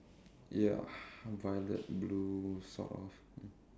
ya violet blue sort of